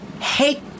hate